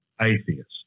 atheist